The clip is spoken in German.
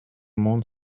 mund